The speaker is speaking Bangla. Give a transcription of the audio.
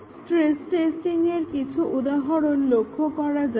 স্ট্রেস টেস্টিংয়ের কিছু উদাহরণের দিকে লক্ষ্য করা যাক